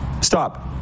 stop